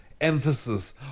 emphasis